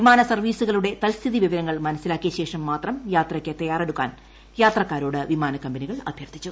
വിമാന സർവ്വീസുകളുടെ തൽസ്ഥിതി വിവരങ്ങൾ മനസ്സിലാക്കിയ ശേഷം മാത്രം യാത്രയ്ക്ക് തയാറെടുക്കാൻ യാത്രാക്കാരോട് വിമാന കമ്പനികൾ അഭ്യർത്ഥിച്ചു